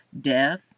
Death